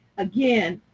again,